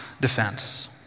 defense